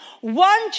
one